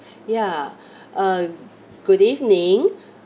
ya uh good evening